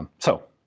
um so,